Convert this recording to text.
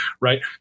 right